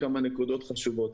כמה נקודות חשובות.